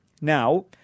Now